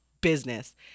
business